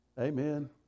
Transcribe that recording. Amen